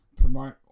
promote